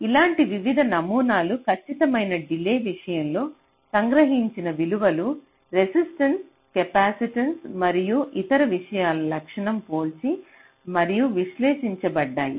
ఇలాంటి వివిధ నమూనాలు ఖచ్చితమైన డిలే విషయంలో సంగ్రహించిన విలువలు రెసిస్టెన్స కెపాసిటెన్స మరియు ఇతర విషయాల లక్షణం పోల్చి మరియు విశ్లేషించబడ్డాయి